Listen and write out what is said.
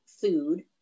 food